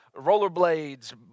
rollerblades